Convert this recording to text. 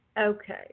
Okay